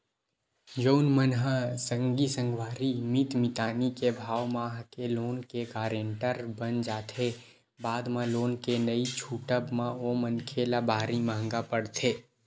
जउन मन ह संगी संगवारी मीत मितानी के भाव म आके लोन के गारेंटर बन जाथे बाद म लोन के नइ छूटब म ओ मनखे ल भारी महंगा पड़थे